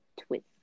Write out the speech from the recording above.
twist